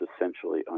essentially